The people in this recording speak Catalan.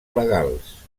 legals